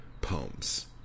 poems